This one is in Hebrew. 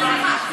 כן.